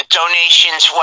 donations